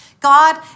God